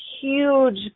huge